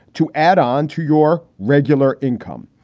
to add on to your regular income.